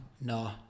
no